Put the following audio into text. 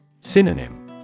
Synonym